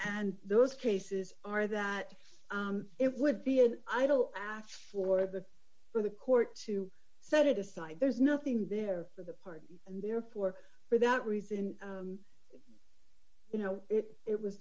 and those cases are that it would be an idle ask for the for the court to set it aside there's nothing there for the party and therefore for that reason you know if it was